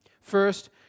First